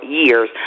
years